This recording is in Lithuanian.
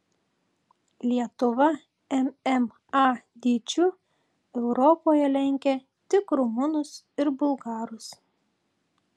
lietuva mma dydžiu europoje lenkia tik rumunus ir bulgarus